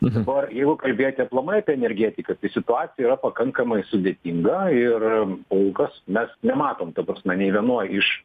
dabar jeigu kalbėti aplamai apie energetiką tai situacija yra pakankamai sudėtinga ir kol kas mes nematom ta prasme nei vienoj iš